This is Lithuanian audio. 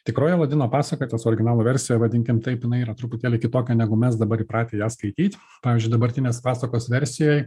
tikroji aladino pasaka tas originalo versija vadinkim taip jinai yra truputėlį kitokia negu mes dabar įpratę ją skaityt pavyzdžiui dabartinės pasakos versijoj